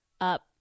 up